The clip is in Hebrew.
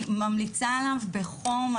אני ממליצה עליו בחום.